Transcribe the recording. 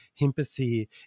empathy